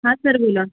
हां सर बोला